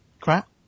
Crap